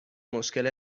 مشکل